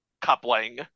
Coupling